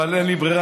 אבל אין לי ברירה,